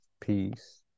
peace